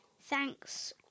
Thanks